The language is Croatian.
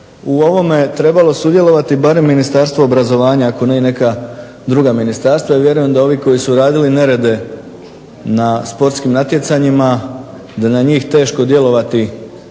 u ovome trebalo sudjelovati barem Ministarstvo obrazovanja, ako ne i neka druga ministarstva. I vjerujem da ovi koji su radili nerede na sportskim natjecanjima, da je na njih teško djelovati